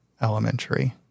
Elementary